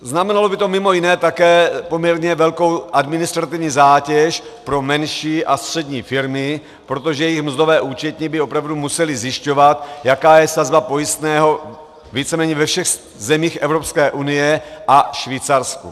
Znamenalo by to mimo jiné také poměrně velkou administrativní zátěž pro menší a střední firmy, protože jejich mzdové účetní by opravdu musely zjišťovat, jaká je sazba pojistného víceméně ve všech zemích Evropské unie a Švýcarsku.